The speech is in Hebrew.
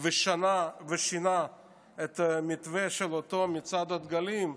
ושינה את המתווה של אותו מצעד הדגלים.